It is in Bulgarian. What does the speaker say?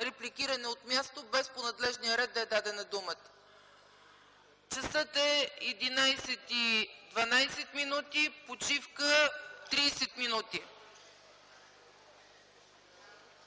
репликиране от място, без по надлежния ред да е дадена думата. Часът е 11,12 ч., почивка 30 минути.